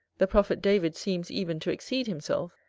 the prophet david seems even to exceed himself,